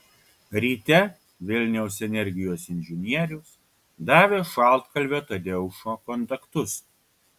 ryte vilniaus energijos inžinierius davė šaltkalvio tadeušo kontaktus